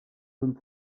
zone